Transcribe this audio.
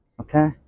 Okay